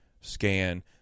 scan